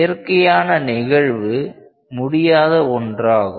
இயற்கையான நிகழ்வு முடியாத ஒன்றாகும்